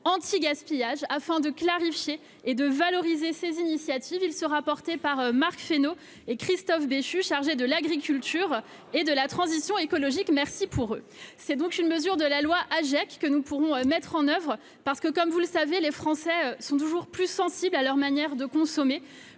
anti-gaspillage afin de clarifier et de valoriser ces initiatives, il sera porté par Marc Fesneau et Christophe Béchu, chargé de l'Agriculture et de la transition écologique, merci pour eux, c'est donc une mesure de la loi Hajek que nous pourrons mettre en oeuvre, parce que comme vous le savez les français sont toujours plus sensibles à leur manière de consommer